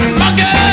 monkey